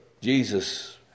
Jesus